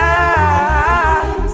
eyes